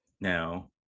Now